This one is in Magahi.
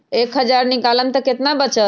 एक हज़ार निकालम त कितना वचत?